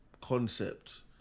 concept